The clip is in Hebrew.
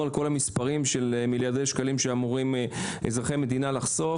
על כל המספרים של מיליארדי שקלים שאמורים אזרחי המדינה לחסוך.